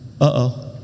uh-oh